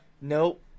Nope